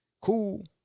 Cool